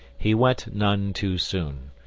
he went none too soon.